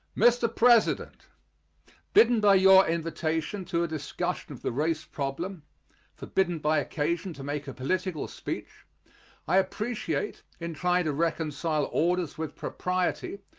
mr. president bidden by your invitation to a discussion of the race problem forbidden by occasion to make a political speech i appreciate, in trying to reconcile orders with propriety,